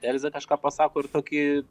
elzė kažką pasako ir tokį